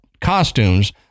costumes